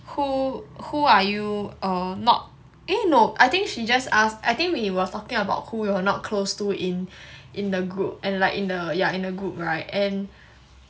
who who are you err not eh no I think she just ask I think we were talking about who we were not close to in in the group and like in the yeah and like in the group [right] and